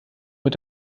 mit